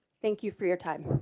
thank you for your time